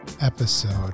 episode